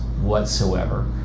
whatsoever